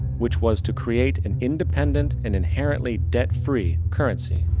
which was to create an independent and inherently debt-free currency.